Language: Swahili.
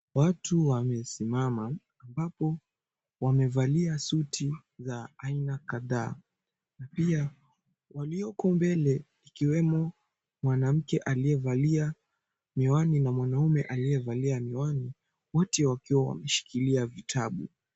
Watu wamesimama ambapo wamevalia suti za aiina kadhaa, na pia walioko mbele ikiwemo mwanamke aliyevalia miwani na mwanaume aliyevalia miwani, wote wakiwa wameshikilia vitabu.